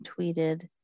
tweeted